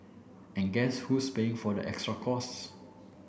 and guess who's paying for the extra costs